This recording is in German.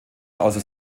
außer